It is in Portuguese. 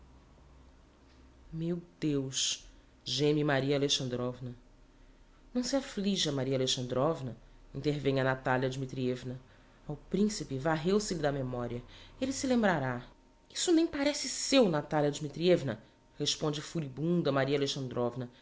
meu deus geme maria alexandrovna não se afflija maria alexandrovna intervem a natalia dmitrievna ao principe varreu se lhe da memoria elle se lembrará isso nem parece seu natalia dmitrievna responde furibunda maria